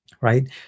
Right